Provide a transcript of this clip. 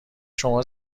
شما